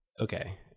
okay